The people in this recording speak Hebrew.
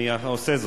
אני עושה זאת.